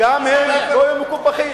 גם הם לא יהיו מקופחים,